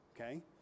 okay